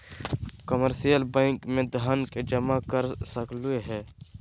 commercial bank में धन के जमा कर सकलु हें